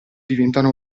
diventano